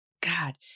God